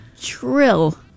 Trill